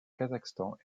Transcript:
kazakhstan